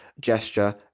gesture